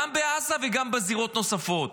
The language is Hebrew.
גם בעזה וגם בזירות נוספות.